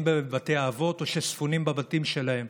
בבתי האבות או שספונים בבתים שלהם.